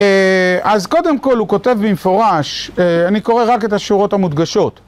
אז קודם כל הוא כותב במפורש, אני קורא רק את השורות המודגשות.